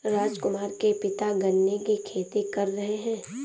राजकुमार के पिता गन्ने की खेती कर रहे हैं